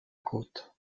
côte